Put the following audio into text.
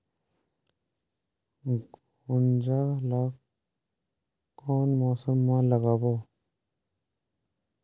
गुनजा ला कोन मौसम मा लगाबो?